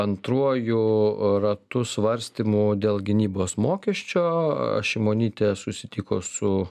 antruoju ratu svarstymų dėl gynybos mokesčio o šimonytė susitiko su